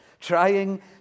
trying